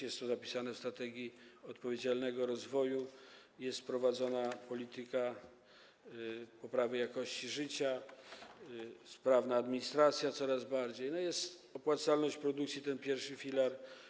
Jest to zapisane w strategii odpowiedzialnego rozwoju i jest prowadzona polityka poprawy jakości życia, administracja jest coraz bardziej sprawna, jest opłacalność produkcji, ten pierwszy filar.